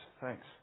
Thanks